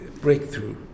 breakthrough